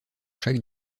chaque